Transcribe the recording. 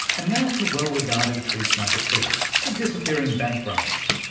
and now to well-regarded truth number two the disappearing bank branch.